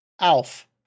Alf